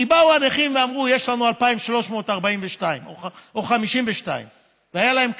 כי באו הנכים ואמרו: יש לנו 2,342 או 2,352. והיה להם קח"ן,